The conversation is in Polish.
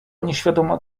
nieświadoma